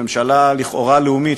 ממשלה לכאורה לאומית,